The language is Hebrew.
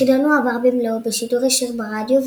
החידון הועבר במלואו בשידור ישיר ברדיו,